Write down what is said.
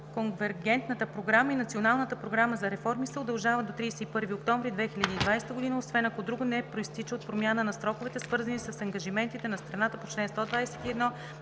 Конвергентната програма и Националната програма за реформи се удължават до 31 октомври 2020 г., освен ако друго не произтича от промяна на сроковете, свързани с ангажиментите на страната по чл. 121